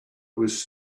was